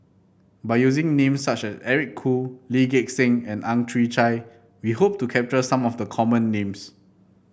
by using names such as Eric Khoo Lee Gek Seng and Ang Chwee Chai we hope to capture some of the common names